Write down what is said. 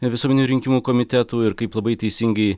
visuomeninių rinkimų komitetų ir kaip labai teisingai